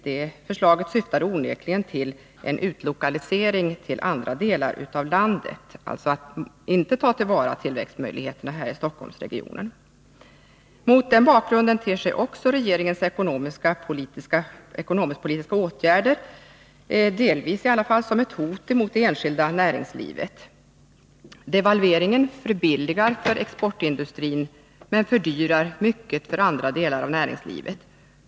Det förslaget syftade onekligen till utlokalisering till andra delar av landet, dvs. att inte ta till vara tillväxtmöjligheterna i Stockholmsregionen. Mot denna bakgrund ter sig också regeringens ekonomisk-politiska förslag och åtgärder som ett hot mot det enskilda näringslivet. Devalveringen förbilligar för exportindustrin men fördyrar mycket för andra delar av näringslivet.